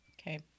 Okay